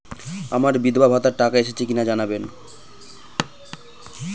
আমার বিধবাভাতার টাকা এসেছে কিনা জানাবেন?